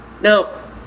Now